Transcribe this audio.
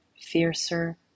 fiercer